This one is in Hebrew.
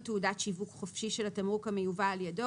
תעודת שיווק חופשי של התמרוק המיובא על ידו,